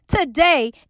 today